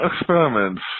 experiments